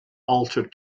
altar